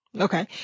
Okay